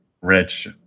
Rich